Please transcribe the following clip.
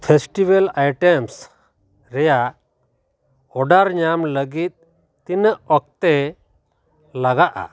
festival items ᱨᱮᱭᱟᱜ order ᱧᱟᱢ ᱞᱟᱹᱜᱤᱫ ᱛᱤᱱᱟᱹᱜ ᱚᱠᱛᱚ ᱞᱟᱜᱟᱜᱼᱟ